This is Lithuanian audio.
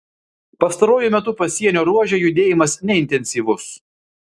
pastaruoju metu pasienio ruože judėjimas neintensyvus